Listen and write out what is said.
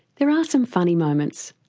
there are some funny moments.